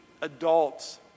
adults